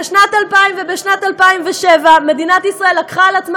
ב-2000 וב-2007 מדינת ישראל לקחה על עצמה